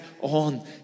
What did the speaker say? on